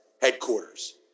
headquarters